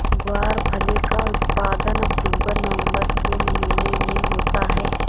ग्वारफली का उत्पादन अक्टूबर नवंबर के महीने में होता है